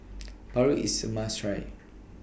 Paru IS A must Try